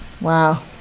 wow